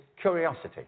curiosity